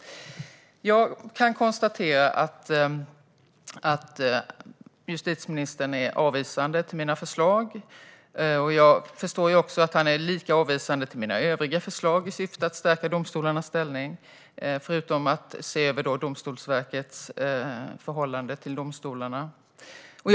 Jag kan konstatera att justitieministern ställer sig avvisande till mina förslag om att se över Domstolsverkets förhållande till domstolarna. Jag förstår också att han ställer sig lika avvisande till mina övriga förslag med syftet att stärka domstolarnas ställning.